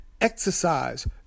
Exercise